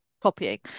copying